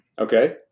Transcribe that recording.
Okay